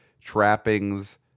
trappings